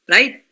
Right